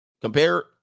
compare